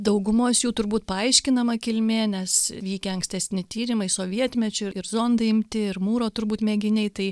daugumos jų turbūt paaiškinama kilmė nes vykę ankstesni tyrimai sovietmečiu ir zondai imti ir mūro turbūt mėginiai tai